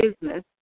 business